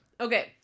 Okay